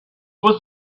was